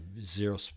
zero